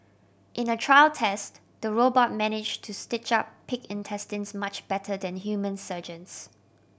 in a trial test the robot managed to stitch up pig intestines much better than human surgeons